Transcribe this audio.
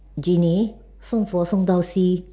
genie 送佛送到西：song fo song dao xi